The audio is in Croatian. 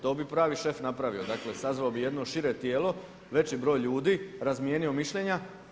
To bi pravi šef napravio, dakle sazvao bi jedno šire tijelo, veći broj ljudi, razmijenio mišljenja.